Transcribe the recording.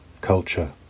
culture